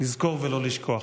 לזכור ולא לשכוח.